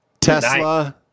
Tesla